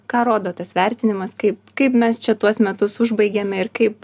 ką rodo tas vertinimas kaip kaip mes čia tuos metus užbaigėme ir kaip